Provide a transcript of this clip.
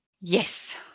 Yes